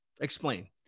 Explain